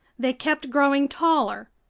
they kept growing taller.